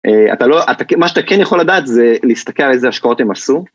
אתה לא, מה שאתה כן יכול לדעת זה להסתכל על איזה השקעות הם עשו.